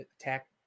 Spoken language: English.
attack